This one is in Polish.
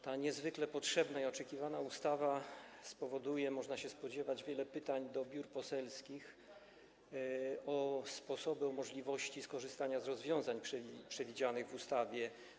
Ta niezwykle potrzebna i oczekiwana ustawa spowoduje, że będzie można się spodziewać wielu pytań do biur poselskich o sposoby, możliwości skorzystania z rozwiązań przewidzianych w ustawie.